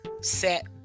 Set